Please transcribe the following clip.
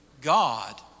God